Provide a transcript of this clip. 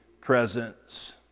presence